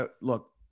look